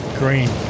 green